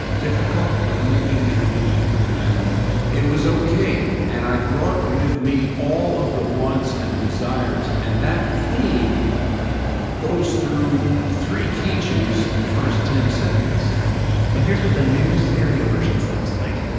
difficult but making a living. and it was okay. and i brought with me all of the wants and desires, and that theme goes through three key changes in the first ten seconds and here's what the new, stereo version sounds like